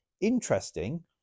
interesting